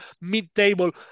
mid-table